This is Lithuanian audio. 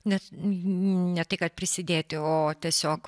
nes ne tai kad prisidėti o tiesiog